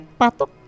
Patok